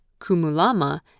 Kumulama